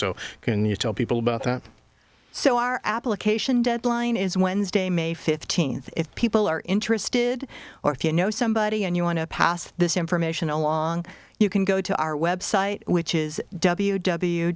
so can you tell people about that so our application deadline is wednesday may fifteenth if people are interested or if you know somebody and you want to pass this information along you can go to our website which is w w